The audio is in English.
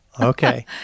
Okay